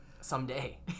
someday